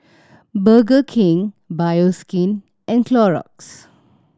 Burger King Bioskin and Clorox